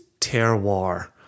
terroir